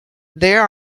there